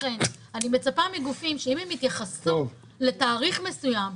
לכן אני מצפה מגופים שאם הם התייחסו לתאריך מסוים,